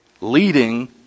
leading